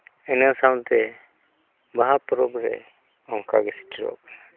ᱤᱱᱟᱹ ᱥᱟᱶᱛᱮ ᱵᱟᱦᱟ ᱯᱚᱨᱚᱵᱽ ᱨᱮ ᱤᱱᱠᱟᱹ ᱜᱮ ᱥᱮᱴᱮᱨᱚᱜ ᱠᱟᱱᱟ